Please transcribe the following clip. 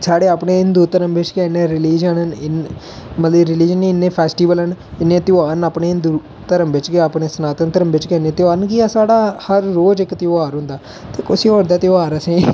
साढ़े अपने हिंदू धर्म बिच गै इन्ने रिलिजन ना इन्ने मतलब रलिजन नी इन्ने फेस्टीबल न इन्ने त्योहार न अपने हिंदू धर्म बिच गै अपने सनातन धर्म बिच गै अपने गै इन्ने त्योहार न कि साढ़ा हर रोज इक त्योहार होंदा ते कुसै और दा त्योहार अस नेईं